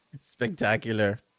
Spectacular